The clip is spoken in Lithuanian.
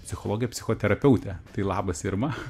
psichologė psichoterapeutė tai labas irma